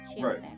Right